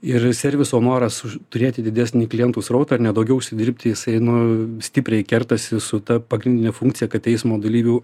ir serviso noras už turėti didesnį klientų srautą ar ne daugiau užsidirbti jisai nu stipriai kertasi su ta pagrindine funkcija kad eismo dalyvių